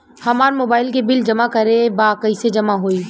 हमार मोबाइल के बिल जमा करे बा कैसे जमा होई?